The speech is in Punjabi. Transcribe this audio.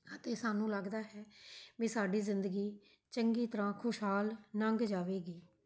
ਅਤੇ ਸਾਨੂੰ ਲੱਗਦਾ ਹੈ ਵੀ ਸਾਡੀ ਜ਼ਿੰਦਗੀ ਚੰਗੀ ਤਰ੍ਹਾਂ ਖੁਸ਼ਹਾਲ ਲੰਘ ਜਾਵੇਗੀ